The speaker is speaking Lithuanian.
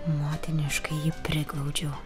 motiniškai jį priglaudžiau